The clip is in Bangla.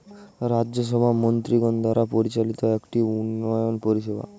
রাজ্য সভা মন্ত্রীগণ দ্বারা পরিচালিত একটি উন্নয়ন পরিষেবা